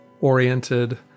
oriented